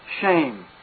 Shame